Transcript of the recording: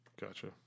Gotcha